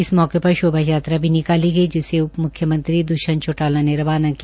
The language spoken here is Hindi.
इस मौके पर शोभा यात्रा भी निकाली गई जिसे उपम्ख्यमंत्री दृष्यंत चौटाला ने रवाना किया